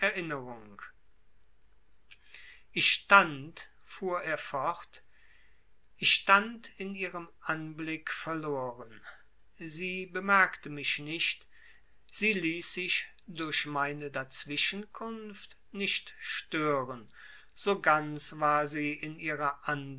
erinnerung ich stand fuhr er fort ich stand in ihrem anblick verloren sie bemerkte mich nicht sie ließ sich durch meine dazwischenkunft nicht stören so ganz war sie in ihrer